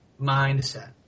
mindset